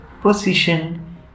position